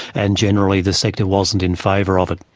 and generally the sector wasn't in favour of it.